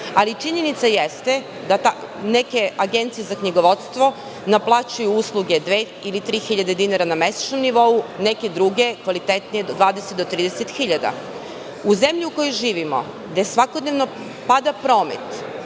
ali činjenica jeste da neke agencije za knjigovodstvo naplaćuju usluge dve ili tri hiljade dinara na mesečnom nivou, neke druge, kvalitetnije, od 20.000 do 30.000 dinara. U zemlji u kojoj živimo, gde svakodnevno pada promet